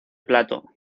plato